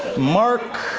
mark